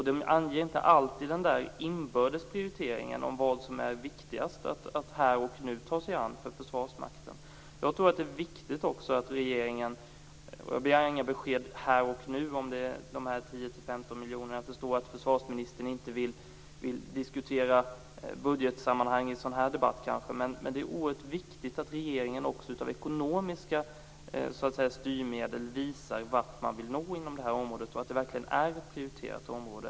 De anger inte alltid en inbördes prioritering och vad som är viktigast för Försvarsmakten att här och nu ta sig an. Jag begär inte några besked här och nu om de 10-15 miljonerna. Jag förstår att försvarsministern inte vill diskutera budgetsammanhang i en sådan här debatt. Det är oerhört viktigt att regeringen också med ekonomiska styrmedel visar vart man vill nå inom det här området och att det verkligen är ett prioriterat område.